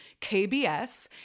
KBS